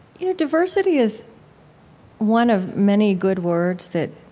you know, diversity is one of many good words that